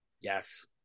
Yes